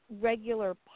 regular